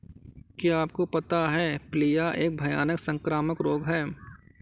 क्या आपको पता है प्लीहा एक भयानक संक्रामक रोग है?